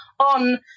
on